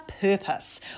purpose